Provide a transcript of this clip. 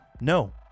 No